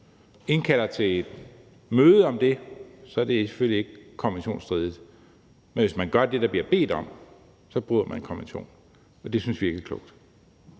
indkalder til et møde om det, er det selvfølgelig ikke konventionsstridigt, men hvis man gør det, der bliver bedt om, så bryder man konventionen, og det synes vi ikke er klogt.